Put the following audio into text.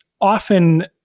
often